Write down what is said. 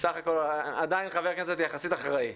בסך הכול אני עדיין חבר כנסת יחסית אחראי.